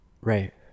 Right